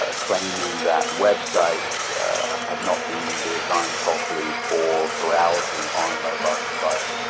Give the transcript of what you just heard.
ah claiming that websites have not been designed properly for browsing on a mobile device.